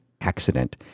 accident